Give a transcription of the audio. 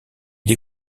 des